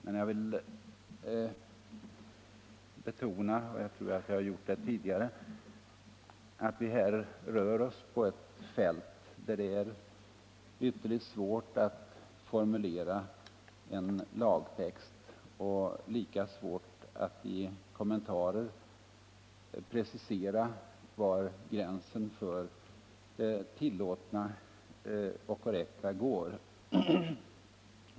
Men jag vill betona — jag tror att jag har gjort det tidigare — att vi här rör oss på ett fält där det är ytterligt svårt att formulera en lagtext och lika svårt att i kommentarer precisera var gränsen för det tillåtna och korrekta går.